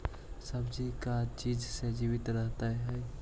सब्जी का चीज से जीवित रहता है?